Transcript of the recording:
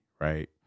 right